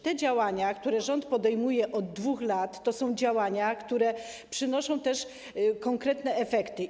Te działania, które rząd podejmuje od 2 lat, to są działania, które przynoszą też konkretne efekty.